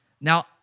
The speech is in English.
Now